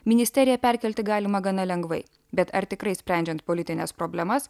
ministeriją perkelti galima gana lengvai bet ar tikrai sprendžiant politines problemas